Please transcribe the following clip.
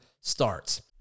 starts